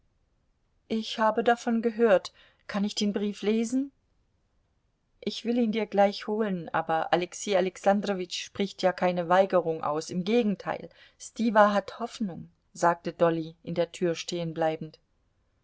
ich habe davon gehört kann ich den brief lesen ich will ihn dir gleich holen aber alexei alexandrowitsch spricht ja keine weigerung aus im gegenteil stiwa hat hoffnung sagte dolly in der tür